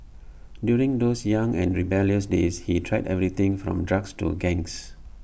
during those young and rebellious days he tried everything from drugs to gangs